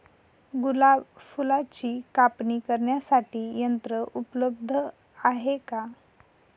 गुलाब फुलाची कापणी करण्यासाठी यंत्र उपलब्ध आहे का?